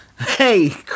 Hey